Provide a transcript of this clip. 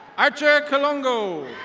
archer colongo.